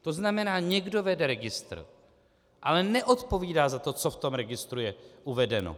To znamená, někdo vede registr, ale neodpovídá za to, co v tom registru je uvedeno.